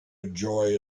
enjoy